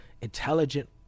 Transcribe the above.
intelligent